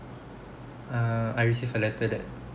uh I receive a letter that